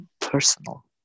personal